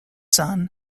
son